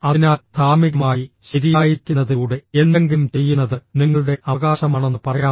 അതിനാൽ ധാർമ്മികമായി ശരിയായിരിക്കുന്നതിലൂടെ എന്തെങ്കിലും ചെയ്യുന്നത് നിങ്ങളുടെ അവകാശമാണെന്ന് പറയാം